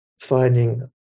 finding